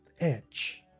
edge